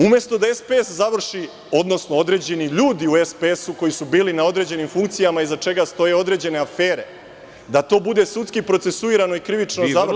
Umesto da SPS završi, odnosno određeni ljudi u SPS koji su bili na određenim funkcijama, iza čega stoje određene afere, da to bude sudski procesuirano i krivično završeno…